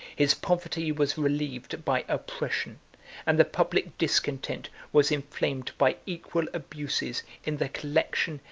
his poverty was relieved by oppression and the public discontent was inflamed by equal abuses in the collection,